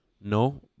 No